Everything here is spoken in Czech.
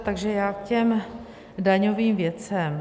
Takže já k těm daňovým věcem.